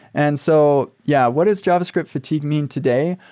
and so yeah, what is javascript fatigue mean today?